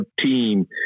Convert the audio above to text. team